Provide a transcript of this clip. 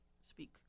Speak